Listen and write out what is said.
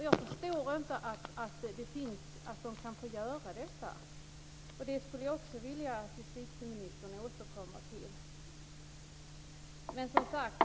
Jag förstår inte att de kan få göra detta. Jag skulle vilja att justitieministern återkommer till det.